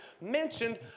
mentioned